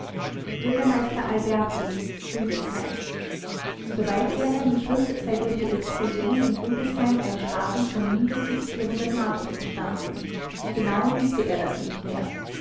bürgermeister alberti rüdesheim soweit er ermittelt sei durch die explosion in rüdesheim ein schaden von mindestens mark entstanden genau wisse er das nicht mehr